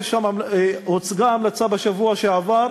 הוצגה המלצה בשבוע שעבר,